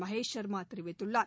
மகேஷ் ஷர்மா தெரிவித்துள்ளார்